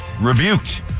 rebuked